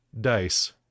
Dice